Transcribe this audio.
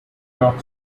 york